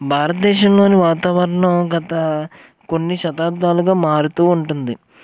భారతదేశంలోని వాతావరణం గత కొన్ని శతాబ్దాలుగా మారుతూ ఉంటుంది